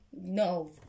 No